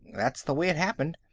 that's the way it happened.